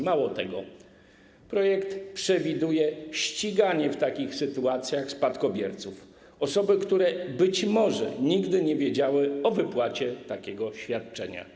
Mało tego, projekt przewiduje ściganie w takich sytuacjach spadkobierców, osób, które być może nigdy nie wiedziały o wypłacie takiego świadczenia.